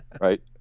right